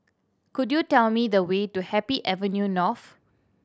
could you tell me the way to Happy Avenue North